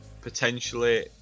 potentially